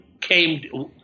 came